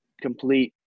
complete